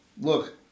look